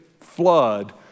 flood